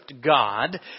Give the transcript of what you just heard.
God